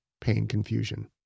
pain-confusion